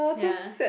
ya